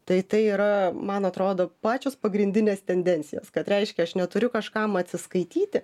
tai tai yra man atrodo pačios pagrindinės tendencijos kad reiškia aš neturiu kažkam atsiskaityti